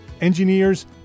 engineers